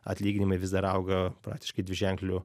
atlyginimai vis dar auga praktiškai dviženkliu